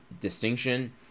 distinction